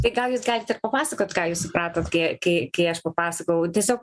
tai gal jūs galit ir papasakot ką jūs supratot kai kai kai aš papasakojau tiesiog